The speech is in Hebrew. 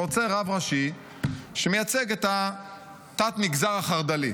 רוצה רב ראשי שמייצג את תת-המגזר החרד"לי,